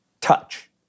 touch